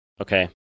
Okay